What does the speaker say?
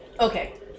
Okay